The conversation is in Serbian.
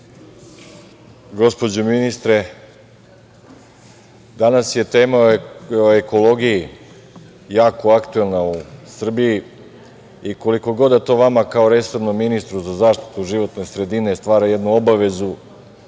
gospođo ministre, danas je tema o ekologiji jako aktuelna u Srbiji i koliko god da to vama kao resornom ministru za zaštitu životne sredine stvara jednu obavezu,